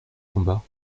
combat